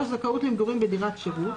למגורים בדירת שירות.